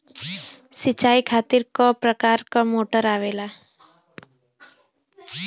सिचाई खातीर क प्रकार मोटर आवेला?